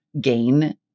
gain